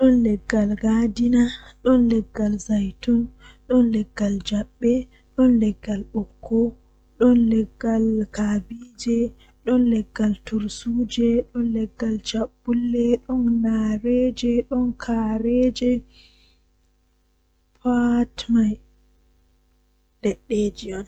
Taalel taalel jannata booyel, Himbe don mana mo dow o wawi kuugal bookaaku masin odon siira himbe nyende goo odon joodi odon siira o andaa sei o fecciti kosde maako bee siri maako man oo kosde maako wurti o dari odon wooka egaa nyende man o meetai sirugo goddo koomojo.